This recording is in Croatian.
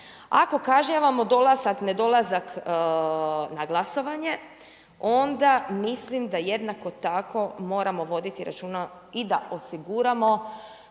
ako kažnjavamo dolazak, ne dolazak na glasovanje onda mislim da jednako tako moramo voditi računa i da osiguramo